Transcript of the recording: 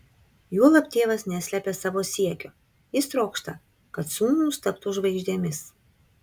juolab tėvas neslepia savo siekio jis trokšta kad sūnūs taptų žvaigždėmis